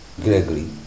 Gregory